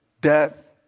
death